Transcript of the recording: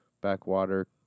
backwater